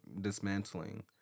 dismantling